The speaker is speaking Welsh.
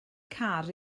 car